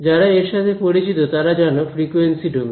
যারা এর সাথে পরিচিত তারা জানো ফ্রিকোয়েন্সি ডোমেন